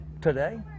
today